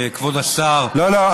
כבוד השר, לא, לא.